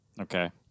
Okay